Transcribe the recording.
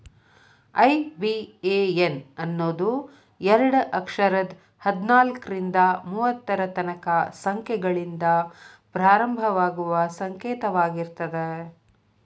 IBAN ಅನ್ನೋದು ಎರಡ ಅಕ್ಷರದ್ ಹದ್ನಾಲ್ಕ್ರಿಂದಾ ಮೂವತ್ತರ ತನಕಾ ಸಂಖ್ಯೆಗಳಿಂದ ಪ್ರಾರಂಭವಾಗುವ ಸಂಕೇತವಾಗಿರ್ತದ